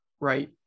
right